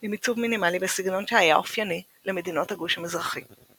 עם עיצוב מינימלי בסגנון שהיה אופייני למדינות הגוש המזרחי.